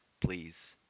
Please